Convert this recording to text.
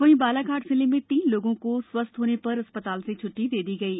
वहीं बालाघाट जिले में तीन लोगों को स्वस्थ्य होने पर अस्पताल से छट्टी दे दी गई है